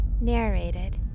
narrated